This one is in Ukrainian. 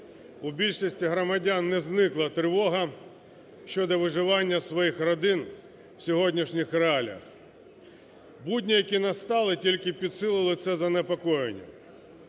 у більшості громадян не зникла тривога щодо виживання своїх родин у сьогоднішніх реаліях. Будні, які настали, тільки підсилили це занепокоєння.